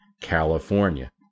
California